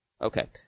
Okay